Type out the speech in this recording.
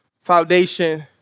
foundation